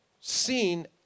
seen